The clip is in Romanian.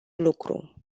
lucru